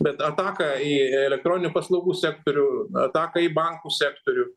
bet ataka į elektroninių paslaugų sektorių ataka į bankų sektorių